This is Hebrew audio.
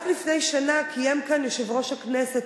רק לפני שנה קיים כאן יושב-ראש הכנסת,